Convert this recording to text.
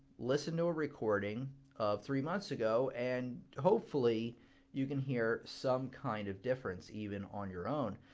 listen to a recording of three months ago, and hopefully you can hear some kind of difference even on your own.